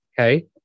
Okay